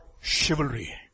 chivalry